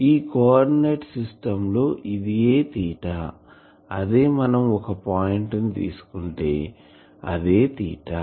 ఈ coordinate సిస్టంలో ఇదియే తీటాఅదే మనం ఒక పాయింట్ తీసుకుంటే అదే తీటా